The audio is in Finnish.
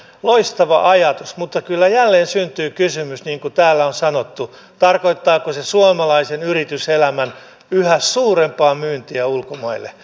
loistava ajatus mutta kyllä jälleen syntyy kysymys niin kuin täällä on sanottu tarkoittaako se suomalaisen yrityselämän yhä suurempaa myyntiä ulkomaille